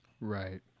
Right